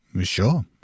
Sure